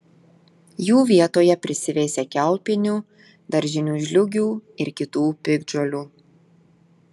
jų vietoje prisiveisia kiaulpienių daržinių žliūgių ir kitų piktžolių